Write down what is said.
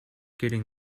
getting